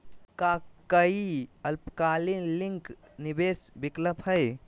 का काई अल्पकालिक निवेस विकल्प हई?